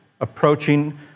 approaching